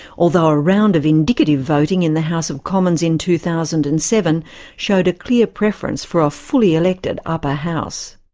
although a round of indicative voting in the house of commons in two thousand and seven showed a clear preference for a fully elected upper house.